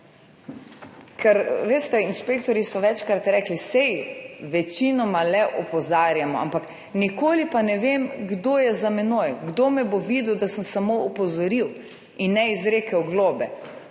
Veste, inšpektorji so večkrat rekli, saj večinoma le opozarjamo, ampak nikoli pa ne vem, kdo je za menoj, kdo me bo videl, da sem samo opozoril in ne izrekel globe.